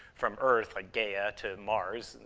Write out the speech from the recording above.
from earth, like gaia, to mars,